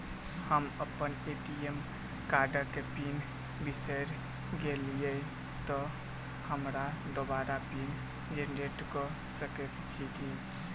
हम अप्पन ए.टी.एम कार्डक पिन बिसैर गेलियै तऽ हमरा दोबारा पिन जेनरेट कऽ सकैत छी की?